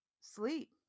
sleep